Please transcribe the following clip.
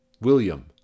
William